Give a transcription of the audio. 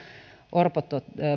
orpo